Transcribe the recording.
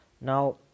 Now